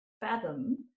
fathom